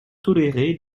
tolérer